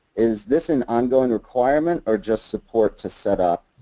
is this an ongoing requirement or just support to set up?